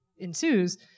ensues